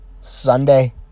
Sunday